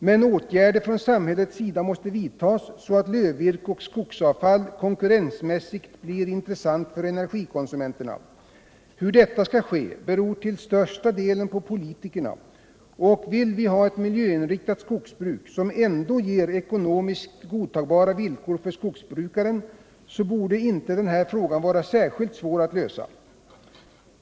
Men åtgärder från samhällets sida måste vidtas så att lövvirke och skogsavfall konkurrensmässigt blir intressant för energikonsumenterna. Hur detta skall ske beror till största delen på politikerna. Vill vi ha ett miljöinriktat skogsbruk som ändå ger ekonomiskt godtagbara villkor för skogsbrukaren borde inte den här frågan vara särskilt svår att lösa.